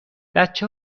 بچه